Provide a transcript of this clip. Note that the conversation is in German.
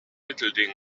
mittelding